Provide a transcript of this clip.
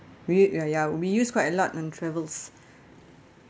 we u~ ya ya we use quite a lot on travels